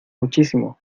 muchísimo